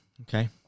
Okay